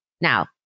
Now